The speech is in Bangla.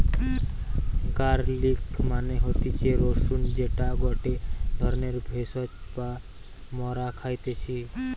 গার্লিক মানে হতিছে রসুন যেটা গটে ধরণের ভেষজ যা মরা খাইতেছি